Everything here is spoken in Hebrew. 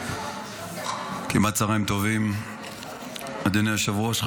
כמעט צוהריים טובים, אדוני היושב-ראש.